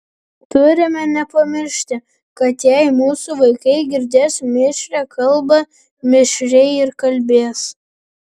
turime nepamiršti kad jei mūsų vaikai girdės mišrią kalbą mišriai ir kalbės